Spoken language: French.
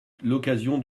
l’occasion